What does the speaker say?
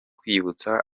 kwibutsa